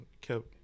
kept